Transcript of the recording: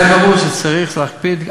זה ברור שצריך להקפיד.